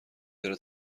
داره